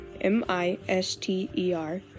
M-I-S-T-E-R